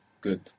Good